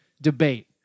debate